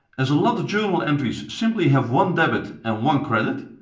as a lot of journal entries simply have one debit and one credit,